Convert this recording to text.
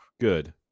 Good